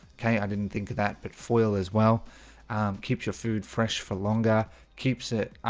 okay, i didn't think of that but foil as well keeps your food fresh for longer keeps it